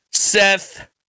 Seth